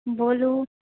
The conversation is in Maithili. बोलू